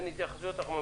שגיב לוי,